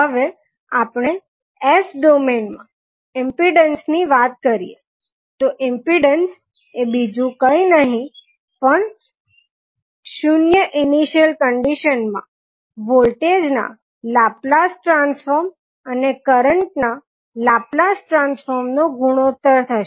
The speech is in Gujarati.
હવેઆપણે S ડોમેઇન માં ઇમ્પિડન્સ ની વાત કરીએ તો ઇમ્પીડન્સ એ બીજું કઈ નહિ પણ એ શૂન્ય ઇનીશીયલ કંડીશન માં વોલ્ટેજ નાં લાપ્લાસ ટ્રાન્સફોર્મ અને કરંટ નાં લાપ્લાસ ટ્રાન્સફોર્મ નો ગુણોત્તર થશે